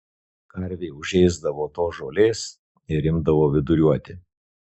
karvė užėsdavo tos žolės ir imdavo viduriuoti